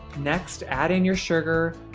next, add in your sugar,